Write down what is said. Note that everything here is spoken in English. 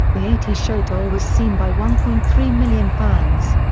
the eighty show tour was seen by one point three million fans.